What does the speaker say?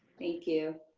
thank you.